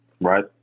right